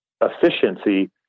efficiency